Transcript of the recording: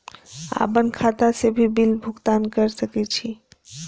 आपन खाता से भी बिल भुगतान कर सके छी?